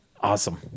awesome